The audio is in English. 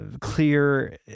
clear